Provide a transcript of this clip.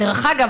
דרך אגב,